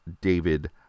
David